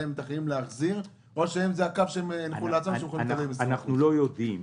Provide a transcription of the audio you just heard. אם מתכננים להחזיר או שזה הקו שהם ילכו --- אנחנו לא יודעים,